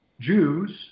Jews